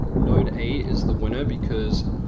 node a is the winner, because